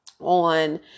on